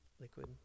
liquid